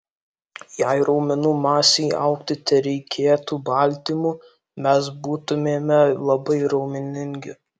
jei raumenų masei augti tereikėtų baltymų mes būtumėme labai raumeningi